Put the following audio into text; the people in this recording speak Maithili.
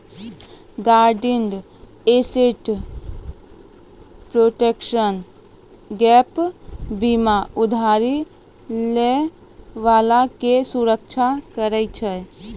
गारंटीड एसेट प्रोटेक्शन गैप बीमा उधारी लै बाला के सुरक्षा करै छै